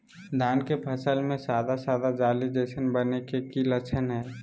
धान के फसल में सादा सादा जाली जईसन बने के कि लक्षण हय?